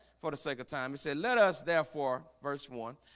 for the sake of time. he said let us therefore verse one